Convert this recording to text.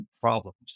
problems